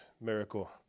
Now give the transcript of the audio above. miracle